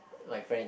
my friend